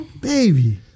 baby